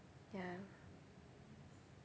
ya